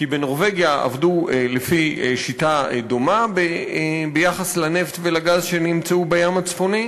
כי בנורבגיה עבדו לפי שיטה דומה ביחס לנפט ולגז שנמצאו בים הצפוני.